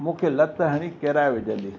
मूंखे लत हणी किराए विझंदी